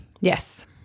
Yes